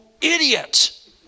idiot